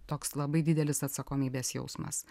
toks labai didelis atsakomybės jausmas